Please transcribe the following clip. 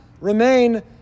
remain